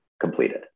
completed